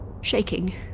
Shaking